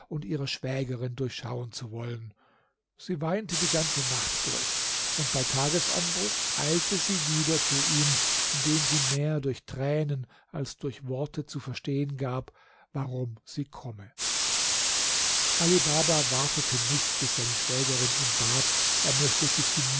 und ihrer schwägerin durchschauen zu wollen sie weinte die ganze nacht durch und bei tagesanbruch eilte sie wieder zu ihm indem sie mehr durch tränen als durch worte zu verstehen gab warum sie komme ali baba wartete nicht bis seine schwägerin ihn bat er möchte sich die